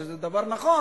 שזה דבר נכון.